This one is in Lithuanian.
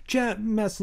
čia mes